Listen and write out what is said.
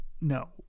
no